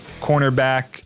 cornerback